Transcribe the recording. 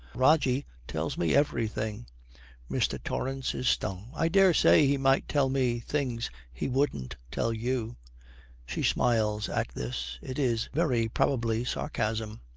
rogie tells me everything mr. torrance is stung. i daresay he might tell me things he wouldn't tell you she smiles at this. it is very probably sarcasm.